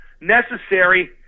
necessary